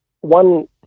one